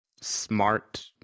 smart